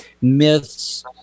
myths